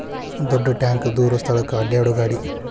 ದೊಡ್ಡ ಟ್ಯಾಂಕ ದೂರ ಸ್ಥಳಕ್ಕ ಅಡ್ಯಾಡು ಗಾಡಿ